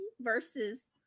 versus